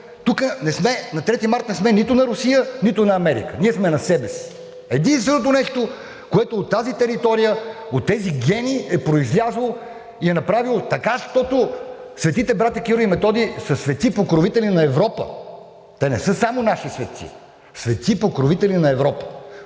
– на 3 март не сме нито на Русия, нито на Америка, ние сме на себе си. Единственото нещо, което от тази територия, от тези гении е произлязло и направило така, щото светите братя Кирил и Методий са светци, покровители на Европа. Те не са само наши светци. Светци, покровители на Европа!